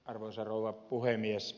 arvoisa rouva puhemies